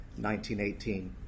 1918